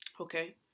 okay